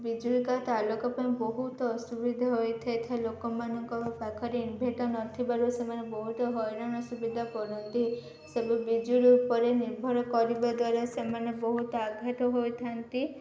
ବିଜୁଳି କାଟ୍ ଆଲୋକ ପାଇଁ ବହୁତ ଅସୁବିଧା ହୋଇଥାଏ ଥାଏ ଲୋକମାନଙ୍କ ପାଖରେ ଇନଭର୍ଟର୍ ନଥିବାରୁ ସେମାନେ ବହୁତ ହଇରାଣ ସୁବିଧା ପଡ଼ନ୍ତି ସେ ବିଜୁଳି ଉପରେ ନିର୍ଭର କରିବା ଦ୍ୱାରା ସେମାନେ ବହୁତ ଆଘାତ ହୋଇଥାନ୍ତି